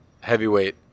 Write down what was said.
heavyweight